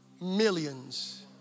Millions